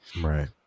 right